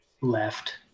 left